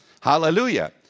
Hallelujah